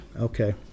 Okay